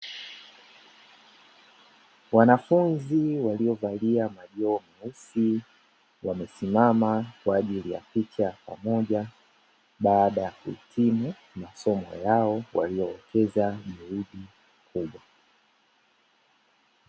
Wanafunzi waliovalia majoho meusi, wamesimama kwa ajili ya picha ya pamoja, baada ya kuhitimu masomo yao waliowekeza juhudi kubwa.